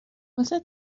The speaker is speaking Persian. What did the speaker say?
واسه